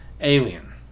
Alien